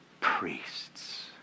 Priests